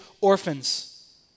orphans